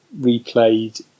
replayed